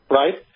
right